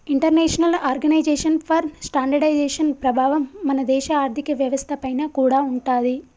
international organisation for standardisation ప్రభావం మన దేశ ఆర్ధిక వ్యవస్థ పైన కూడా ఉంటాది